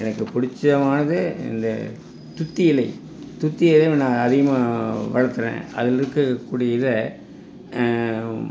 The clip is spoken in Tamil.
எனக்கு பிடித்தமானது இந்த துத்தி இலை துத்தியைவே நான் அதிகமாக வளர்த்துறேன் அதில் இருக்கக்கூடிய இதை